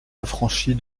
affranchie